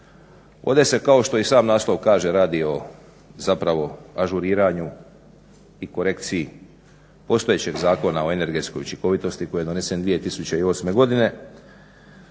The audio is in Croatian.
Ovdje se kao što i sam naslov kaže radi o zapravo ažuriranju i korekciji postojećeg Zakona o energetskoj učinkovitosti koji je donesen 2008. godine.